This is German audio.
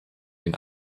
den